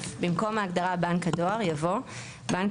במקום ההגדרה "בנק הדואר" יבוא: ""בנק